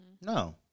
No